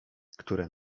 które